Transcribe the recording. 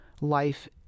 life